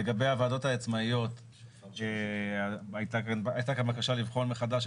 לגבי הוועדות העצמאיות הייתה כאן בקשה לבחון מחדש,